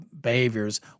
behaviors